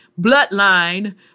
Bloodline